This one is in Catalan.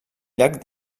llac